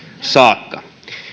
saakka